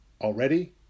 already